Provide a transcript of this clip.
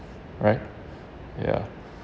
right yeah